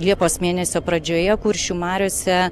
liepos mėnesio pradžioje kuršių mariose